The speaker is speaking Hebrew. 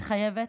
מתחייבת,